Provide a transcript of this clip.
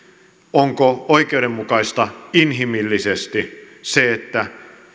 onko oikeudenmukaista inhimillisesti se että